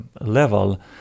level